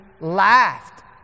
laughed